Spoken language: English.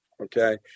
okay